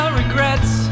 regrets